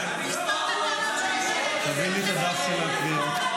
תני את הדף של הקריאות.